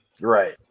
Right